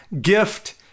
gift